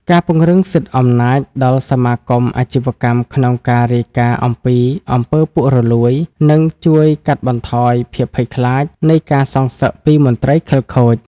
ការពង្រឹងសិទ្ធិអំណាចដល់សមាគមអាជីវកម្មក្នុងការរាយការណ៍អំពី អំពើពុករលួយ នឹងជួយកាត់បន្ថយភាពភ័យខ្លាចនៃការសងសឹកពីមន្ត្រីខិលខូច។